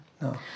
No